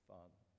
Father